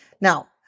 Now